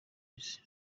isi